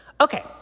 Okay